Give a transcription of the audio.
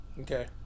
Okay